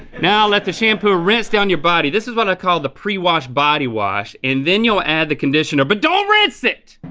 now let the shampoo ah rinse down your body. this is what i call the pre-wash body wash and then you'll add the conditioner but don't rinse it!